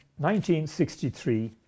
1963